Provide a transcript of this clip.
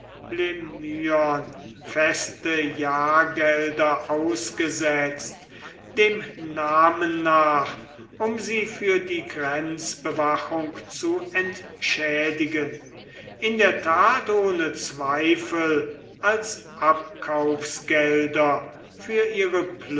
feste jahrgelder ausgesetzt dem namen nach um sie für die grenzbewachung zu entschädigen in der tat ohne zweifel als abkaufsgelder für ihre